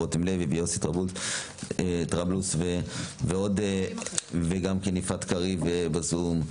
ורותם לוי ויוסי טרבלוס וגם יפעת קריב בזום,